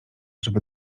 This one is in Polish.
żeby